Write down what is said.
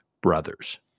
brothers